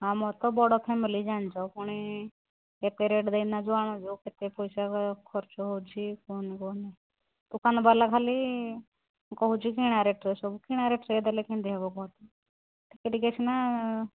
ଆମର ତ ବଡ଼ ଫ୍ୟାମିଲି ଜାଣିଥିବ ତେଣୁ ଏତେ ରେଟ୍ ଦେଇକିନା ଯେଉଁ ଆଣୁଛୁ କେତେ ପଇସା ଖର୍ଚ୍ଚ ହେଉଛି କୁହନି କୁହନି ଦୋକାନ ବାଲା ଖାଲି କହୁଛି କିଣା ରେଟ୍ରେ ସବୁ କିଣା ରେଟ୍ରେ ଦେଲେ କେମତି ହବ ଟିକିଏ ଟିକିଏ ସିନା